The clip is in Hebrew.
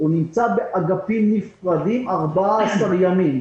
הוא נמצא באגפים נפרדים 14 ימים.